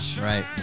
right